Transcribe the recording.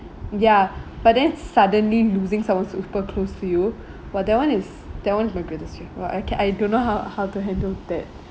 ya but then suddenly losing someone super close to you but that one is that one is my greatest fear what I can I don't know how how to handle that